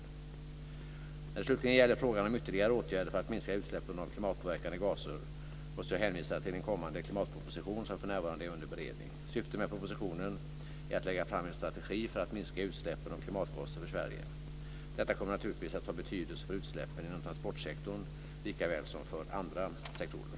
När det slutligen gäller frågan om ytterligare åtgärder för att minska utsläppen av klimatpåverkande gaser måste jag hänvisa till en kommande klimatproposition som för närvarande är under beredning. Syftet med propositionen är att lägga fram en strategi för att minska utsläppen av klimatgaser för Sverige. Detta kommer naturligtvis att ha betydelse för utsläppen inom transportsektorn likväl som för andra sektorer.